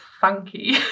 funky